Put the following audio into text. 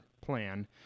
plan